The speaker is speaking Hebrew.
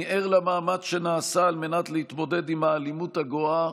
אני ער למאמץ שנעשה על מנת להתמודד עם האלימות הגואה,